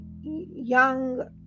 young